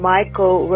Michael